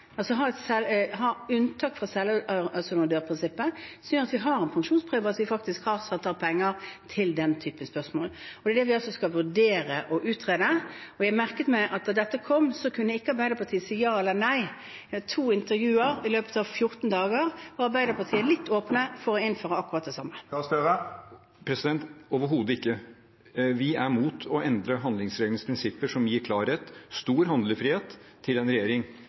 har en pensjonspremie og faktisk har satt av penger til den typen formål? Det er det vi skal vurdere å utrede. Jeg merket meg at da dette kom, kunne ikke Arbeiderpartiet si ja eller nei. Det var to intervjuer i løpet av 14 dager hvor Arbeiderpartiet var litt åpne for å innføre akkurat det samme. Det vert opna for oppfølgingsspørsmål – først Jonas Gahr Støre. Overhodet ikke! Vi er imot å endre handlingsregelens prinsipper, som gir klarhet og stor handlefrihet til en regjering.